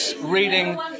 reading